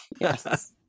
Yes